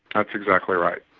that's exactly right.